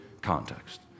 context